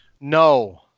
No